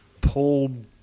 pulled